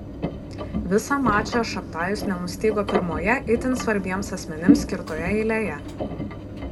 visą mačą šabtajus nenustygo pirmoje itin svarbiems asmenims skirtoje eilėje